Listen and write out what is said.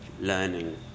learning